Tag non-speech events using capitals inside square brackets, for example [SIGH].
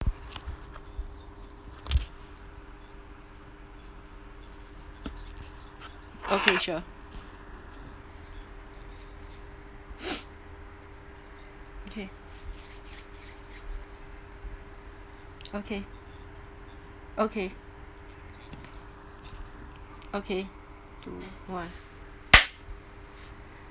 okay sure [BREATH] okay okay okay okay two one